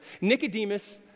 Nicodemus